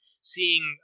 seeing